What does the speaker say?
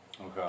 Okay